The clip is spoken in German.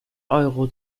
euro